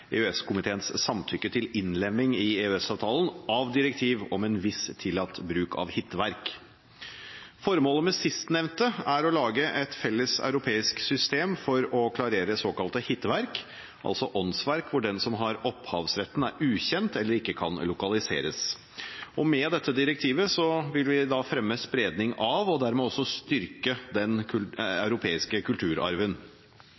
EØS-komiteens samtykke til innlemming i EØS-avtalen av direktiv om en viss tillatt bruk av hitteverk. Formålet med sistnevnte er å lage et felles europeisk system for å klarere såkalte hitteverk, åndsverk hvor den som har opphavsretten, er ukjent eller ikke kan lokaliseres. Med dette direktivet vil vi fremme spredning av og dermed også styrke den europeiske kulturarven.